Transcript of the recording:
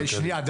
שנייה,